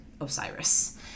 Osiris